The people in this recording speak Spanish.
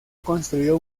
construyó